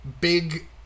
big